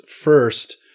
First